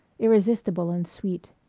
irresistible and sweet.